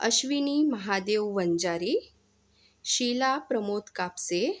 Ashwini Mahadev Vanjari Sheela Pramod Kapse